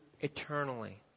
eternally